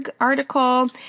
article